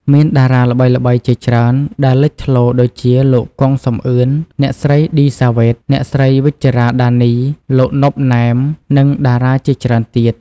មានតារាល្បីៗជាច្រើនដែលលេចធ្លោ ដូចជាលោក គង់ សំអឿន អ្នកស្រី ឌី សាវ៉េត អ្នកស្រី វិជ្ជរ៉ា ដានី លោក ណុប ណែម និងតារាជាច្រើនទៀត។